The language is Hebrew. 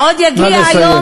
עוד יגיע, נא לסיים.